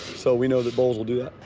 so we know the bulls will do it.